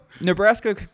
Nebraska